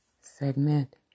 segment